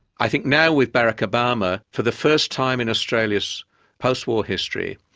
i think now with barack obama for the first time in australia's post-war history,